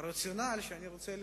הרציונל שאני רוצה להביא,